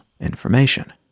information